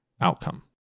outcome